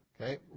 Okay